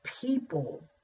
people